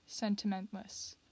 sentimentless